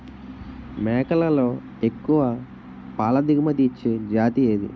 మేకలలో ఎక్కువ పాల దిగుమతి ఇచ్చే జతి ఏది?